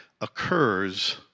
occurs